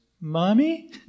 Mommy